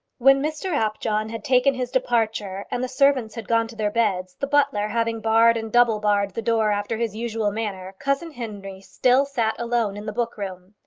when mr apjohn had taken his departure, and the servants had gone to their beds, the butler having barred and double-barred the door after his usual manner, cousin henry still sat alone in the book-room.